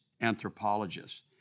anthropologists